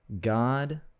God